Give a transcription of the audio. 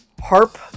harp